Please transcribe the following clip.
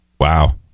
Wow